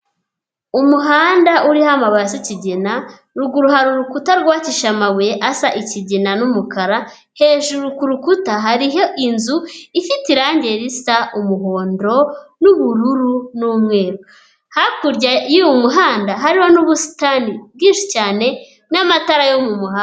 Umuhanda uriho amabara asa ikigina, ruguru hari urukuta rwubakishije amabuye asa ikigina, n'umukara, hejuru ku rukuta hariho inzu ifite irangi risa umuhondo n'ubururu n'umweru, hakurya y'uwo muhanda hariho n'ubusitani bwinshi cyane n'amatara yo mu muhanda.